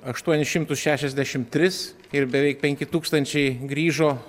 aštuonis šimtus šešiasdešimt tris ir beveik penki tūkstančiai grįžo